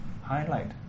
highlight